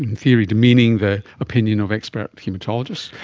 and theory demeaning the opinion of expert haematologists,